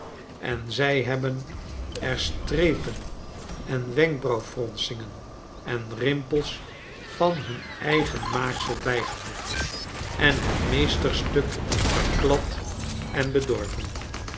en zij hebben er strepen en wenkbrauwfronsingen en rimpels van hun eigen maaksel brjgevoegd en het meesterstuk beklad en bedorven